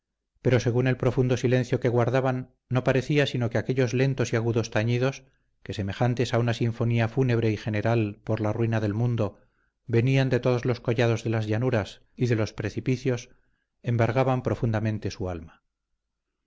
pero según el profundo silencio que guardaban no parecía sino que aquellos lentos y agudos tañidos que semejantes a una sinfonía fúnebre y general por la ruina del mundo venían de todos los collados de las llanuras y de los precipicios embargaban profundamente su alma